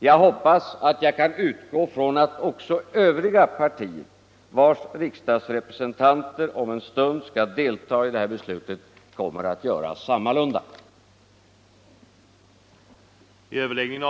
Jag hoppas att jag kan utgå från att övriga partier, vars riksdagsrepresentanter om en stund skall delta i beslutet, kommer att göra sammalunda.